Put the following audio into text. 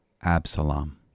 Absalom